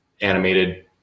animated